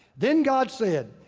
then god said,